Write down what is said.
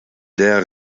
der